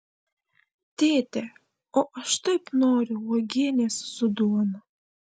tėte o aš taip noriu uogienės su duona